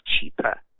cheaper